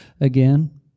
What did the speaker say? again